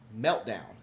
meltdown